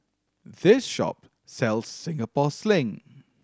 this shop sells Singapore Sling